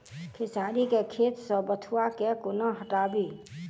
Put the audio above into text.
खेसारी केँ खेत सऽ बथुआ केँ कोना हटाबी